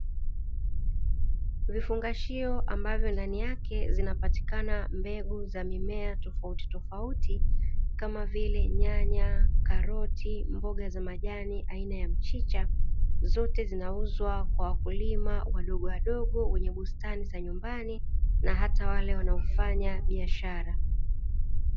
Vifungashio ambavyo ndani yake zinapatikana mbegu za mimea tofauti tofauti kama vile nyanya , karoti, mboga za majani aina ya mchicha zote zinauzwa kwa wakulima wadogo wadogo wenye bustani za nyumbani na hata wale wanaofanya biashara.